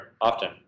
often